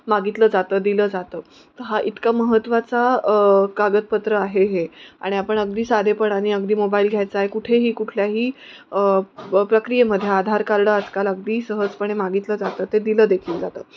मागितलं जातं दिलं जातं तर हा इतका महत्त्वाचा कागदपत्र आहे हे आणि आपण अगदी साधेपणाने अगदी मोबाईल घ्यायचा आहे कुठेही कुठल्याही प्रक्रियेमध्ये आधार कार्ड आजकाल अगदी सहजपणे मागितलं जातं ते दिलं देखील जातं